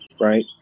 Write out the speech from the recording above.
right